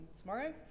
tomorrow